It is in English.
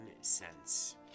cents